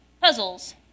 puzzles